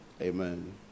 Amen